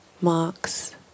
marks